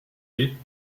indicates